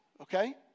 okay